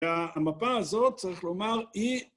‫והמפה הזאת, צריך לומר, היא...